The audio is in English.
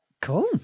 Cool